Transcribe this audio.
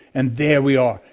and there we are,